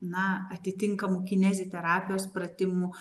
na atitinkamų kineziterapijos pratimų